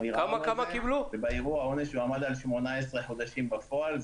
אנחנו ערערנו על זה ובערעור העונש הועמד על 18 חודשים בפועל.